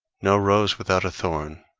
no rose without a thorn.